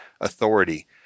authority